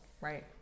Right